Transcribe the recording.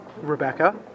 Rebecca